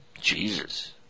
Jesus